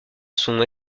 sont